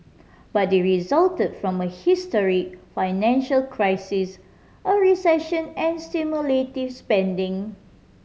but they resulted from a historic financial crisis a recession and stimulative spending